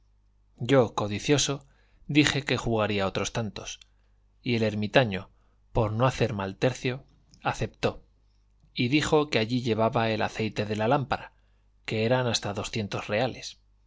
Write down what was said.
yo codicioso dije que jugaría otros tantos y el ermitaño por no hacer mal tercio aceptó y dijo que allí llevaba el aceite de la lámpara que eran hasta doscientos reales